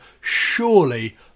Surely